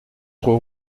trop